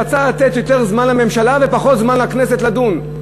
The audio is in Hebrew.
רצה לתת יותר זמן לממשלה ופחות זמן לכנסת לדון.